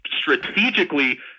strategically